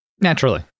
Naturally